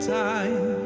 time